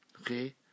Okay